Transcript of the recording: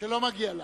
שלא מגיע לה,